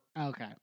Okay